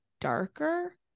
darker